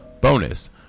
Bonus